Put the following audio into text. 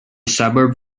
suburb